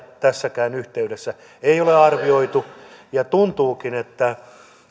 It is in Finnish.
tässäkään yhteydessä ei ole arvioitu ja tuntuukin että